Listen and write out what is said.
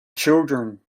children